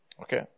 Okay